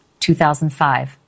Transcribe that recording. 2005